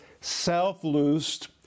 self-loosed